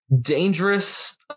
dangerous